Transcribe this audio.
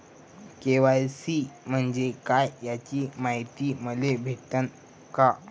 KYC म्हंजे काय याची मायती मले भेटन का?